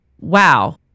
wow